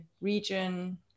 region